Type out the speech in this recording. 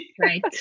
Right